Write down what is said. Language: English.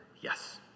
Yes